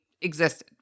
existed